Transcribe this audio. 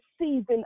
season